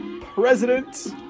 president